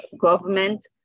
government